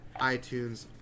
iTunes